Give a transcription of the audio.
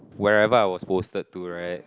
wherever I was posted to right